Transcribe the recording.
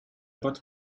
bought